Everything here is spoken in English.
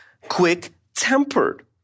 quick-tempered